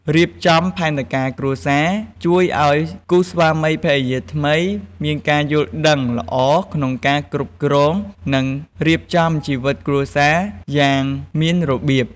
រៀបចំផែនការគ្រួសារ ជួយឲ្យគូស្វាមីភរិយាថ្មីមានការយល់ដឹងល្អក្នុងការគ្រប់គ្រង និងរៀបចំជីវិតគ្រួសារយ៉ាងមានរបៀប។